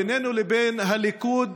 בינינו לבין הליכוד,